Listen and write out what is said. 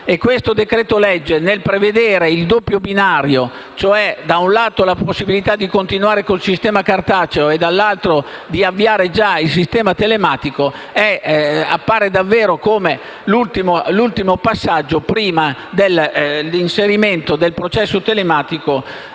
Questo decreto-legge, nel prevedere il doppio binario, cioè da un lato la possibilità di continuare con il sistema cartaceo e dall'altro di avviare già il sistema telematico, appare davvero come l'ultimo passaggio prima dell'inserimento del processo telematico